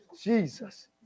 Jesus